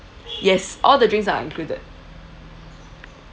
yes all the drinks are included